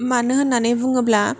मानो होन्नानै बुङोब्ला